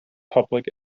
public